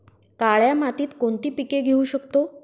काळ्या मातीत कोणती पिके घेऊ शकतो?